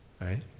Right